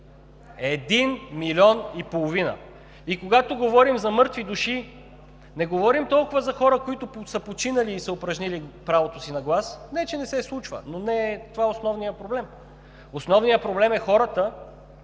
един милион и половина! И когато говорим за мъртви души, не говорим толкова за хора, които са починали и са упражнили правото си на глас – не че не се случва, но не това е основният проблем. Основният проблем е хората,